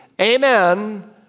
amen